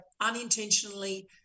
unintentionally